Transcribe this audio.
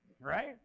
right